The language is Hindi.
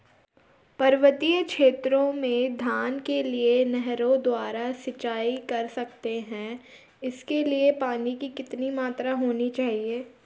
पर्वतीय क्षेत्रों में धान के लिए नहरों द्वारा सिंचाई कर सकते हैं इसके लिए पानी की कितनी मात्रा होनी चाहिए?